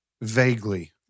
Vaguely